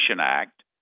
Act